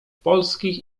polskich